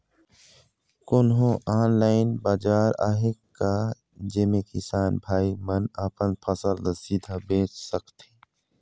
कोन्हो ऑनलाइन बाजार आहे का जेमे किसान भाई मन अपन फसल ला सीधा बेच सकथें?